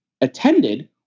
attended